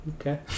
Okay